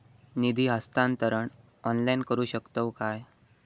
निधी हस्तांतरण ऑनलाइन करू शकतव काय?